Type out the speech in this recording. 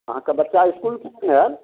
अहाँके बच्चा इसकुल किआ नहि आएल